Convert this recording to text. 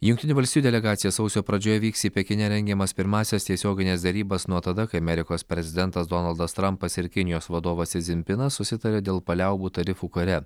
jungtinių valstijų delegacija sausio pradžioje vyks į pekine rengiamas pirmąsias tiesiogines derybas nuo tada kai amerikos prezidentas donaldas trampas ir kinijos vadovas sizinpinas susitarė dėl paliaubų tarifų kare